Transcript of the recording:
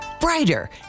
brighter